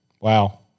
Wow